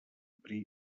prý